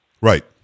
Right